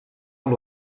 amb